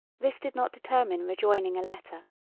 this did not determine rejoining a letter.